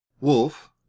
Wolf